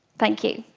thank you.